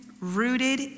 rooted